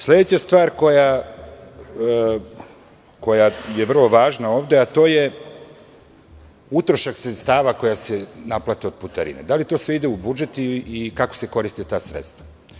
Sledeća stvar koja je vrlo važna ovde, a to je, utrošak sredstava koja se naplati od putarine, da li to ide u budžet i kako se koriste ta sredstva?